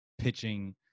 pitching